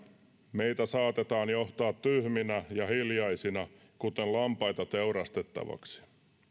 meitä saatetaan johtaa tyhminä ja hiljaisina kuten lampaita teurastettaviksi